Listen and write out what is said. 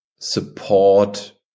support